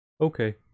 okay